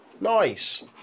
Nice